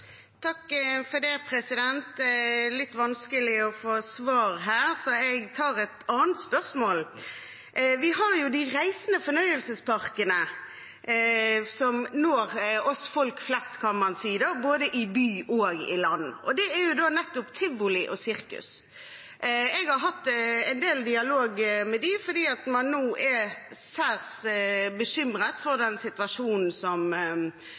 Det blir oppfølgingsspørsmål – først Silje Hjemdal. Det er litt vanskelig å få svar her, så jeg tar et annet spørsmål. Vi har de reisende fornøyelsesparkene som når oss folk flest, kan man si, både i by og land. Det er tivoli og sirkus. Jeg har hatt en del dialog med dem, for de er særs bekymret for den situasjonen som